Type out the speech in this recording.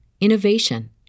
innovation